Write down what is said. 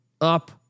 up